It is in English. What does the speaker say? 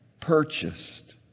purchased